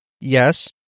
yes